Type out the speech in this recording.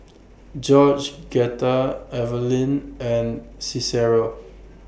Eveline and Cicero